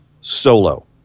solo